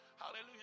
Hallelujah